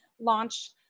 launch